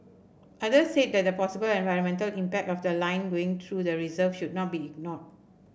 others said the possible environmental impact of the line going through the reserve should not be ignored